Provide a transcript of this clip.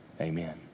amen